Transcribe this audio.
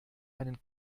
einen